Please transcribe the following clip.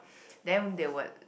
then they would